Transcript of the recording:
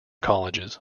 colleges